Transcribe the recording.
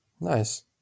nice